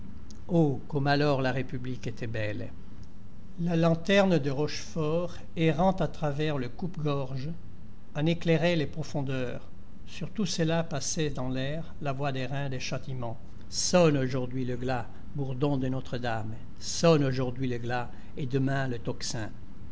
oh comme alors la république était belle la lanterne de rochefort errant à travers le coupe-gorge en éclairait les profondeurs sur tout cela passait dans l'air la voix d'airin des châtiments sonne aujourd'hui le glas bourdon de notre-dame sonne aujourd'hui le glas et demain le tocsin